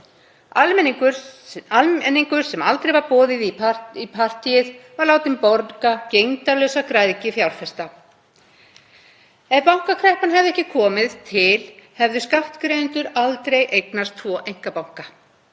Almenningur sem aldrei var boðið í partíið var látinn borga gegndarlausa græðgi fjárfesta. Ef bankakreppan hefði ekki komið til hefðu skattgreiðendur aldrei eignast tvo einkabanka.